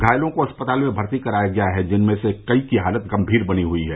घायलों को अस्पताल में भर्ती किया गया है जिनमें कई की हालत गंभीर बनी हुई है